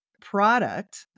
product